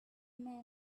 men